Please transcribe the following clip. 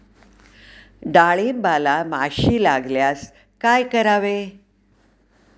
डाळींबाला माशी लागल्यास काय करावे?